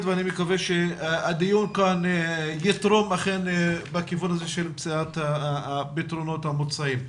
ואני מקווה שהדיון כאן יתרום בכיוון של מציאת הפתרונות המוצעים.